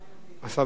השר בני בגין.